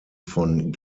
von